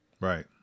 Right